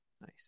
Nice